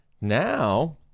Now